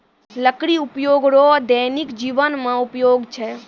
लकड़ी उपयोग रो दैनिक जिवन मे उपयोग छै